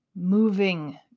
moving